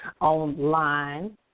online